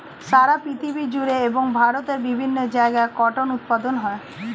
সারা পৃথিবী জুড়ে এবং ভারতের বিভিন্ন জায়গায় কটন উৎপাদন হয়